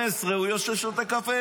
15 הוא יושב ושותה קפה,